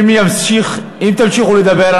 אם תמשיכו לדבר,